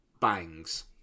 bangs